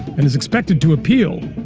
and is expected to appeal.